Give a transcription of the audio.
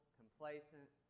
complacent